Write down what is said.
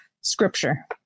scripture